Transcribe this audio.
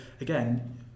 again